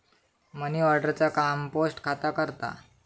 money order चा काम post खाता करता